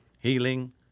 healing